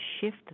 shift